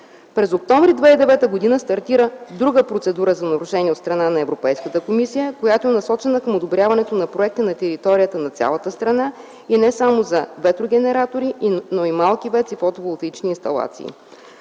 През м. октомври 2009 г. стартира друга процедура за нарушение от страна на Европейската комисия, която е насочена към одобряване проекти на територията на цялата страна и не само за ветрогенератори, но и за малки ВЕЦ и фотоволтаични инсталации.